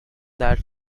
that